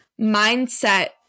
mindset